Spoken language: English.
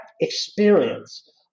experience